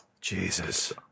Jesus